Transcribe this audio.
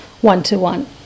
one-to-one